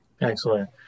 Excellent